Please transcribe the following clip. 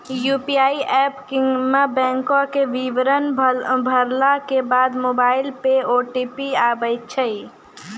UPI app मे बैंको के विबरण भरला के बाद मोबाइल पे ओ.टी.पी आबै छै